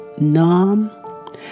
numb